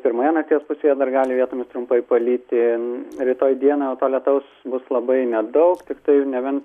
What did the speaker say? pirmoje nakties pusėje dar gali vietomis trumpai palyti rytoj dieną jau to lietaus bus labai nedaug tiktai ir nebent